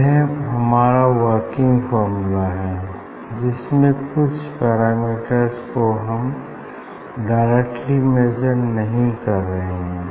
यह हमारा working formula है जिसमें कुछ पैरामीटर्स को हम डायरेक्टली मेजर नहीं कर रहे हैं